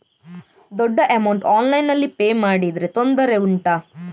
ದೊಡ್ಡ ಅಮೌಂಟ್ ಆನ್ಲೈನ್ನಲ್ಲಿ ಪೇ ಮಾಡಿದ್ರೆ ತೊಂದರೆ ಉಂಟಾ?